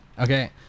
Okay